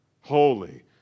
Holy